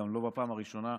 ולא בפעם הראשונה.